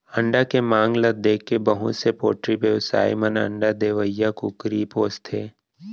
अंडा के मांग ल देखके बहुत से पोल्टी बेवसायी मन अंडा देवइया कुकरी पोसथें